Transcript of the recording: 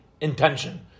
intention